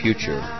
Future